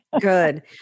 Good